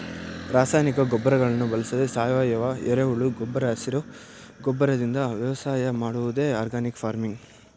ರಾಸಾಯನಿಕ ಗೊಬ್ಬರಗಳನ್ನು ಬಳಸದೆ ಸಾವಯವ, ಎರೆಹುಳು ಗೊಬ್ಬರ ಹಸಿರು ಗೊಬ್ಬರದಿಂದ ವ್ಯವಸಾಯ ಮಾಡುವುದೇ ಆರ್ಗ್ಯಾನಿಕ್ ಫಾರ್ಮಿಂಗ್